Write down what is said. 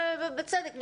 ובצדק,